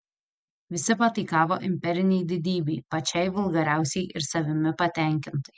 visi pataikavo imperinei didybei pačiai vulgariausiai ir savimi patenkintai